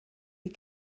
die